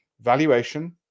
valuation